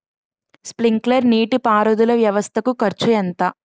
Sprinkler నీటిపారుదల వ్వవస్థ కు ఖర్చు ఎంత?